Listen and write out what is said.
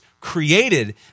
created